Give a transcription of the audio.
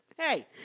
Hey